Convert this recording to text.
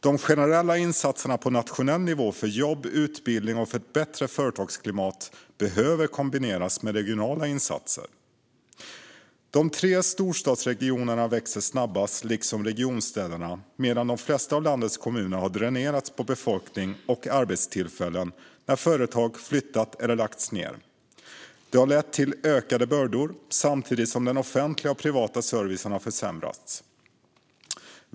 De generella insatserna på nationell nivå för jobb, utbildning och ett bättre företagsklimat behöver kombineras med regionala insatser. De tre storstadsregionerna växer snabbast, liksom regionstäderna, medan de flesta av landets kommuner har dränerats på befolkning och arbetstillfällen när företag flyttat eller lagts ned. Detta har lett till ökade bördor, samtidigt som den offentliga och privata servicen har försämrats.